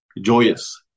joyous